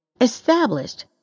Established